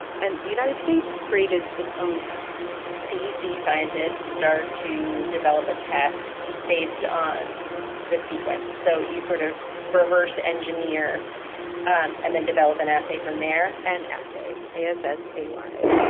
and the united states created its own test cdc scientists start to develop a test based on the sequence. so you sort of reverse engineer um and then develop an assay from there an assay a s s a y.